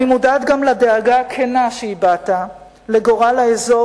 אני מודעת גם לדאגה הכנה שהבעת לגורל האזור